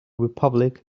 republic